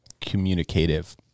communicative